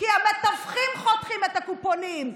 המתווכים חותכים קופונים.